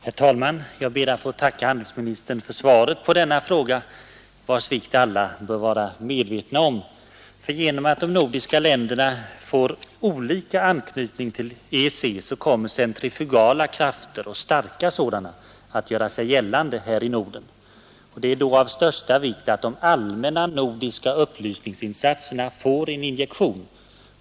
Herr talman! Jag ber att få tacka handelsministern för svaret på frågan, vars betydelse alla bör vara medvetna om. Genom att de nordiska länderna får olika anknytning till EEC kommer centrifugala krafter — och starka sådana — att göra sig gällande här i Norden. Det är då av största vikt att de allmänna nordiska upplysningsinsatserna får en kraftig injektion.